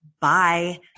bye